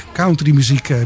countrymuziek